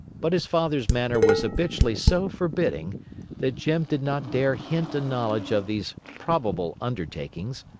but his father's manner was habitually so forbidding that jim did not dare hint a knowledge of these probable undertakings,